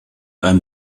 einem